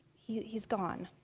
he's, gone.